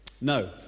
No